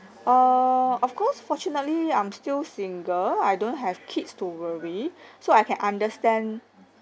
err of course fortunately I'm still single I don't have kids to worry so I can understand